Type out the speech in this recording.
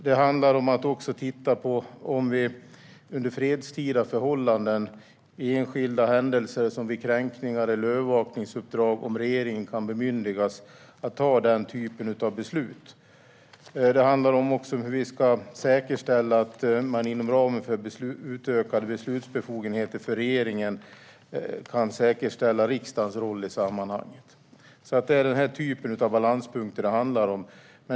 Det handlar också om att titta på om regeringen under fredstida förhållanden vid enskilda händelser som kränkningar eller övervakningsuppdrag kan bemyndigas att fatta denna typ av beslut. Det handlar även om hur man inom ramen för utökade beslutsbefogenheter för regeringen kan säkerställa riksdagens roll i sammanhanget. Det är denna typ av balanspunkter det handlar om.